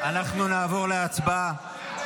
קשה לכם להתחבר לרוח העם, לרוח הלוחמים.